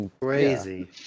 Crazy